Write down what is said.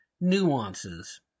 nuances